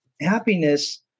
Happiness